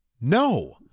No